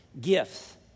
gifts